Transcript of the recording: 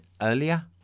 earlier